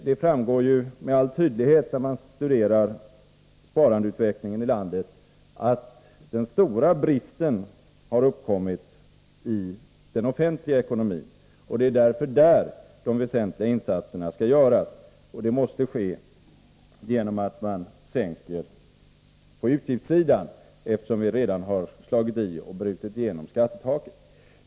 Det framgår med all önskvärd tydlighet om man studerar sparandeutvecklingen i landet att den stora bristen har uppkommit i den offentliga ekonomin. Därför är det där de väsentliga insatserna skall göras. Det måste ske genom att man sänker utgifterna, eftersom vi redan slagit i och brutit igenom skattetaket.